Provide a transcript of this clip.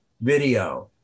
video